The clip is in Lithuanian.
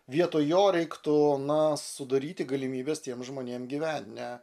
vietoj jo reiktų na sudaryti galimybes tiems žmonėms gyvent ne